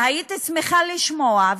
ושמחתי לשמוע,